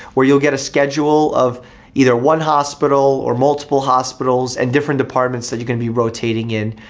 where you'll get a schedule of either one hospital or multiple hospitals, and different departments that you can be rotating in.